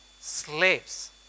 slaves